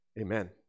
Amen